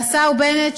והשר בנט,